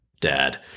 Dad